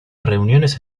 reuniones